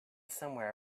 somewhere